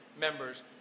members